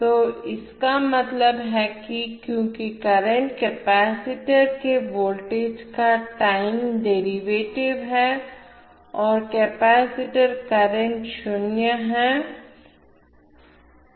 तो इसका मतलब है कि क्योंकि करंट कैपेसिटर के वोल्टेज का टाइम डेरीवेटिव हैं और कपैसिटर करंट शुन्य हैं